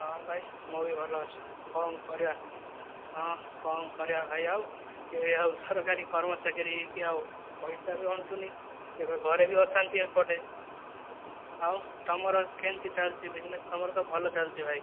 ହଁ ଭାଇ ମୁଁ ବି ଭଲ ଅଛି କଣ କରିବା ହଁ କଣ କରିବା ଭାଇ ଆଉ ଇଏ ସରକାରୀ କର୍ମଚାରୀ କି ଆଉ ପଇସା ବି ଅଣ୍ଟଉନି ଏବେ ଘରେ ବି ଅଶାନ୍ତି ଏପଟେ ଆଉ ତମର କେମିତି ଚାଲିଛି ବିଜ୍ନେସ ତମର ତ ଭଲ ଚାଲିଛି ଭାଇ